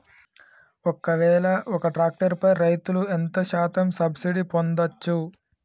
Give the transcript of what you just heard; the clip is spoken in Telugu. ఒక్కవేల ఒక్క ట్రాక్టర్ పై రైతులు ఎంత శాతం సబ్సిడీ పొందచ్చు?